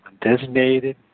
designated